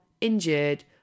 injured